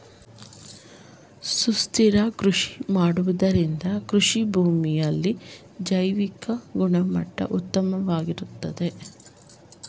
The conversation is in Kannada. ಸುಸ್ಥಿರ ಕೃಷಿ ಮಾಡುವುದರಿಂದ ಕೃಷಿಭೂಮಿಯ ಜೈವಿಕ ಗುಣಮಟ್ಟ ಉತ್ತಮವಾಗಿರುತ್ತದೆ